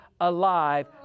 alive